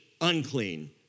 unclean